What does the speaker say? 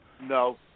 No